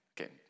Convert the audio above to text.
Okay